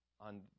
on